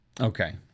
Okay